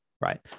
right